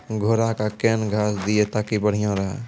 घोड़ा का केन घास दिए ताकि बढ़िया रहा?